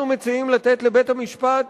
אנחנו מציעים לתת לבית-המשפט